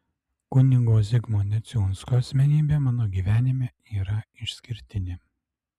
kunigo zigmo neciunsko asmenybė mano gyvenime yra išskirtinė